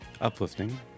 Uplifting